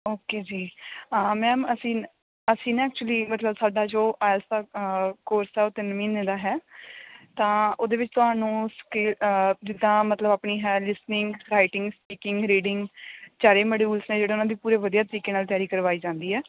okay ਜੀ ma'am ਅਸੀਂ ਅਸੀਂ ਨਾ ਐਕਚੁਲੀ ਮਤਲਬ ਸਾਡਾ ਜੋ ਆਇਲੈਟਸ ਦਾ ਕੋਰਸ ਆ ਉਹ ਤਿੰਨ ਮਹੀਨੇ ਦਾ ਹੈ ਤਾਂ ਉਹਦੇ ਵਿੱਚ ਤੁਹਾਨੂੰ ਸਪੀ ਜਿੱਦਾਂ ਮਤਲਬ ਆਪਣੀ ਹੈ ਲਿਸਨਿੰਗ ਰਾਈਟਿੰਗ ਸਪੀਕਿੰਗ ਰੀਡਿੰਗ ਚਾਰੇ ਮੋਡਊਲਸ ਨੇ ਜਿਹੜਾ ਉਹਨਾਂ ਦੀ ਪੂਰੇ ਵਧੀਆ ਤਰੀਕੇ ਨਾਲ ਤਿਆਰੀ ਕਰਵਾਈ ਜਾਂਦੀ ਹੈ